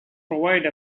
provide